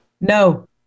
No